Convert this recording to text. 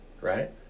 right